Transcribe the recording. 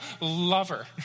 lover